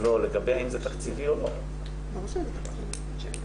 בינתיים תקראי את הנוסח.